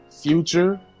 future